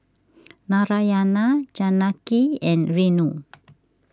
Narayana Janaki and Renu